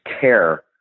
care